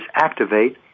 activate